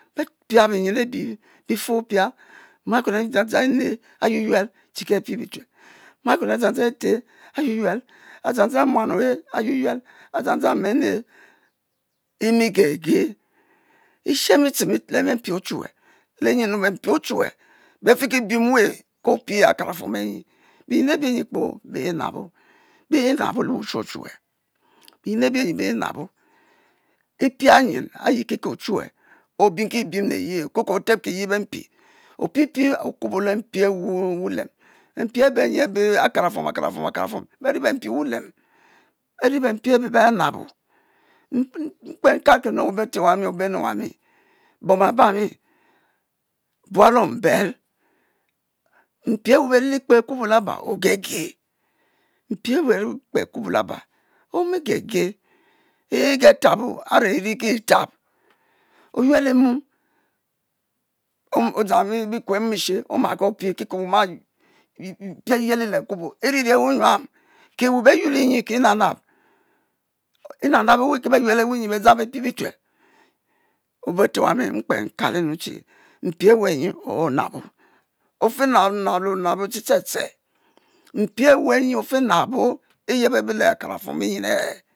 Beb pia binyin abi beh fe opia nwakuen a'dzang dzang ene ayuyuel che ke apie biual a dzang eteh ayuyuel a'dzang muan ohe ayuyal adzang dzang mene emi gege ishen bitchen le mpi ochuwue lenyem? beh mpi ochuwue beh fiki biemwe ke opia akarafuom enyi binyen abie nyi kpoo binabo, binabo le-wushu ochuwue binyen abi nyi binabo epian yin ayi kiki ochuwue obiemkiki biem leye kiki oteb eye beh mpi, opie pie okubo le mpi awu wulem beh-mpiabeh nyi abe akara fuom akarafuom akarafuom beh ri beh mpi wu-lem ei beh mpi abe beh nabo, mkpe nkakenu obe-nne obe ete owami bua-luom bei mpi awu beri li kpe akubo laba opege mpi awu beh rili kpe akubo laba omigege, e'ge tubo are irikitab, oyuelo mom oma guo dzang bikue e'bom-eshe oma guo pie ke ke we oma pie ayili le akubo iri ri we nyuam ki weh beh yueli nyi ki inaba nab inabuab ki bbeyual eweh nyi ki beh dzang beh pie bitual obeh teh owami mkpe nkalinu che mpi aweh nyi onab ofenab nub leh onabo ste ste ste mpi aweh nyi ofenubo iyeb behbeh le akarafuom liyel are